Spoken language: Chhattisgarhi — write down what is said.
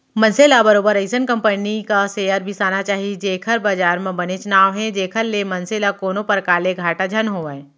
मनसे ल बरोबर अइसन कंपनी क सेयर बिसाना चाही जेखर बजार म बनेच नांव हे जेखर ले मनसे ल कोनो परकार ले घाटा झन होवय